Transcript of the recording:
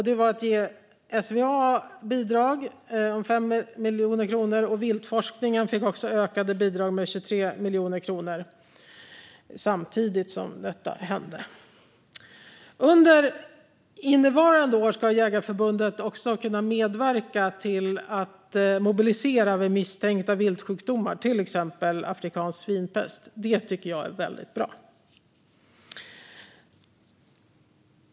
Det var att ge SVA bidrag om 5 miljoner kronor. Viltforskningen fick också ökade bidrag med 23 miljoner kronor samtidigt med detta. Under innevarande år ska Svenska Jägareförbundet kunna medverka till att mobilisera vid misstänkta viltsjukdomar som till exempel afrikansk svinpest. Det tycker jag är väldigt bra.